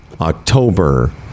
October